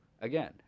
again